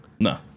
No